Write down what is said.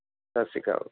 ਸਤਿ ਸ਼੍ਰੀ ਅਕਾਲ